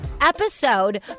episode